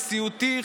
נשיאותי,